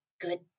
good